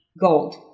gold